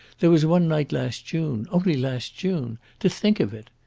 there was one night last june only last june! to think of it!